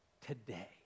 today